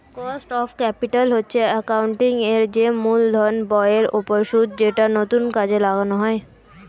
cost of capital হচ্ছে accounting এর যে মূলধন ব্যয়ের ওপর সুদ যেটা নতুন কাজে লাগানো হয়